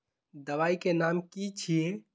दबाई के नाम की छिए?